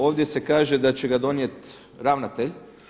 Ovdje se kaže da će ga donijeti ravnatelj.